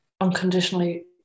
unconditionally